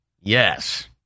Yes